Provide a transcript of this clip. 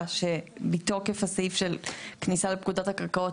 שמתוקף הסעיף של כניסה לפקודת הקרקעות,